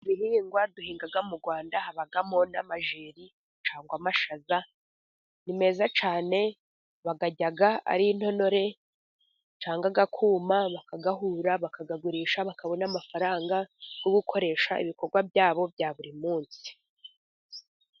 Ibihingwa duhinga mu Rwanda habamo n'amajeri cyangwa amashaza, ni meza cyane bayarya ari intonore cyangwa akuma bakayahura, bakayagurisha bakabona amafaranga yo gukoresha ibikorwa byabo bya buri munsi.